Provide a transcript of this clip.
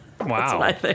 wow